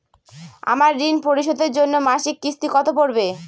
আমার ঋণ পরিশোধের জন্য মাসিক কিস্তি কত পড়বে?